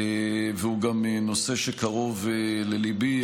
והוא גם נושא שקרוב לליבי.